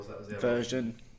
version